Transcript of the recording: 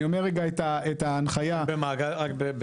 אני אומר רגע את ההנחיה --- רק בסוגריים